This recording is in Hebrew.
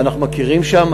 ואנחנו מכירים שם,